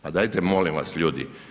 Pa dajte molim vas ljudi.